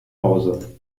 hause